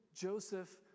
Joseph